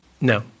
No